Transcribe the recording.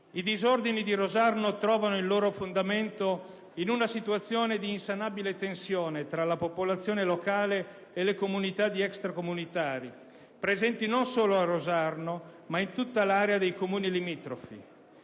I disordini di Rosarno trovano il loro fondamento in una situazione di insanabile tensione tra la popolazione locale e le comunità di extracomunitari presenti non solo a Rosarno, ma in tutta l'area dei Comuni limitrofi,